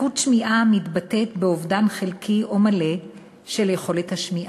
לקות שמיעה מתבטאת באובדן חלקי או מלא של יכולת השמיעה.